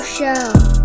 Show